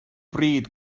bryd